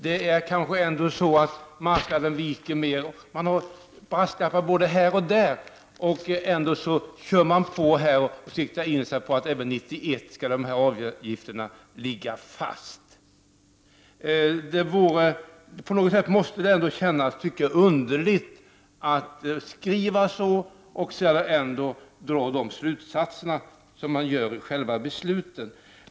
Det är möjligt att marknaden viker mer och mer, heter det, och det finns brasklappar både här och där. Ändå inriktar man sig på att avgifterna skall ligga fast även år 1991. På något sätt tycker jag ändå att det måste kännas underligt att skriva på detta sätt och sedan dra de slutsatser som man gör i själva beslutet.